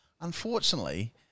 Unfortunately